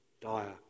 dire